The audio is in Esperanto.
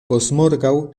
postmorgaŭ